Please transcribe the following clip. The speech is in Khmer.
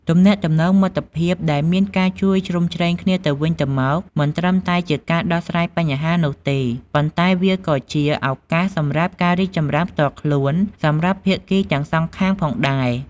ទំនាក់ទំនងមិត្តភាពដែលមានការជួយជ្រោមជ្រែងគ្នាទៅវិញទៅមក មិនត្រឹមតែជាការដោះស្រាយបញ្ហានោះទេ ប៉ុន្តែវាក៏ជា ឱកាសសម្រាប់ការរីកចម្រើនផ្ទាល់ខ្លួន សម្រាប់ភាគីទាំងសងខាងផងដែរ។